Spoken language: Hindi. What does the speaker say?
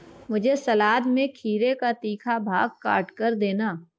मुझे सलाद में खीरे का तीखा भाग काटकर देना